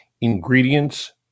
Ingredients